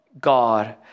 God